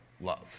love